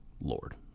Lord